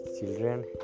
children